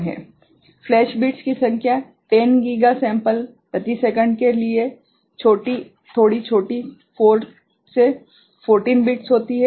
flash bits की संख्या 10 giga sample प्रति सेकंड के लिए थोड़ी छोटी 4 से 12 बिट्स होती है